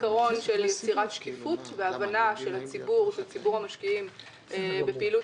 עיקרון של יצירת שקיפות והבנה של ציבור המשקיעים בפעילות